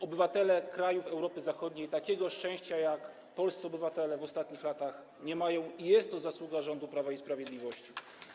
Obywatele krajów Europy Zachodniej takiego szczęścia jak polscy obywatele w ostatnich latach nie mają i jest to zasługa rządu Prawa i Sprawiedliwości.